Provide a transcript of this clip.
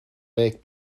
weg